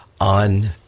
on